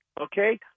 okay